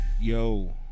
Yo